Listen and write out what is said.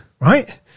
right